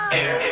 air